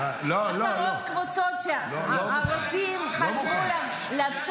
שכל --- הרפואה ----- היו קבוצות ווטסאפ של רילוקיישן.